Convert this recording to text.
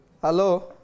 Hello